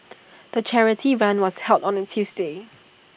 the charity run was held on A Tuesday